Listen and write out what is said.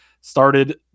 started